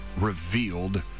revealed